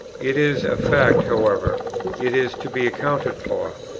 it is a fact, however it is to be accounted for,